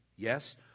Yes